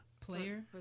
Player